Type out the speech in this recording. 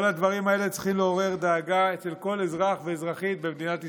כל הדברים האלה צריכים לעורר דאגה אצל כל אזרח ואזרחית במדינת ישראל.